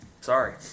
Sorry